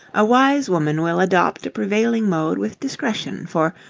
a wise woman will adopt a prevailing mode with discretion, for,